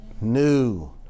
new